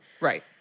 Right